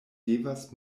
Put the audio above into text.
devas